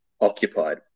occupied